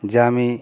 যে আমি